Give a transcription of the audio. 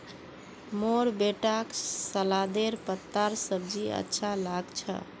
मोर बेटाक सलादेर पत्तार सब्जी अच्छा लाग छ